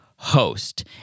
Host